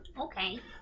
Okay